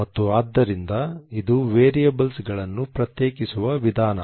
ಮತ್ತು ಆದ್ದರಿಂದ ಇದು ವೇರಿಯಬಲ್ಸ್ಗಳನ್ನು ಪ್ರತ್ಯೇಕಿಸುವ ವಿಧಾನ